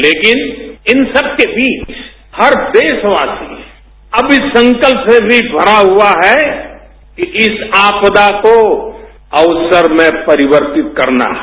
लेकिन इन सबके बीच हर देशवासी अब इस संकल्प से भी भरा हुआ है कि इस आपदा को अवसर में परिवर्तित करना है